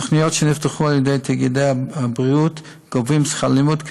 בתוכניות שנפתחו על ידי תאגידי הבריאות גובים שכר לימוד,